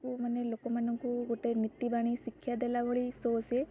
କୁ ମାନେ ଲୋକମାନଙ୍କୁ ଗୋଟେ ନୀତି ବାଣୀ ଶିକ୍ଷା ଦେଲା ଭଳି ଶୋ ସେ